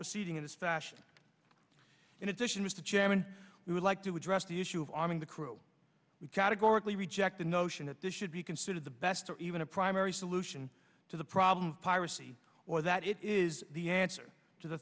proceeding in this fashion in addition to jam and we would like to address the issue of arming the crew we categorically reject the notion that this should be considered the best or even a primary solution to the problem piracy or that it is the answer to the